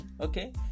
okay